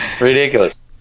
Ridiculous